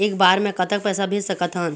एक बार मे कतक पैसा भेज सकत हन?